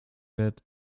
wird